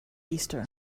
easter